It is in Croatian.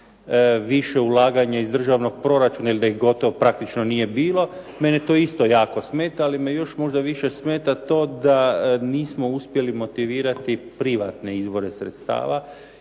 više ulaganja iz državnog proračuna ili da ih gotovo praktično nije bilo, mene to isto jako smeta. Ali me još možda više smeta to da nismo uspjeli motivirati privatne izvore sredstava